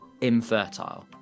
infertile